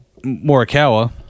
Morikawa